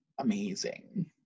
amazing